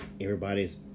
everybody's